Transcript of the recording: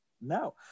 no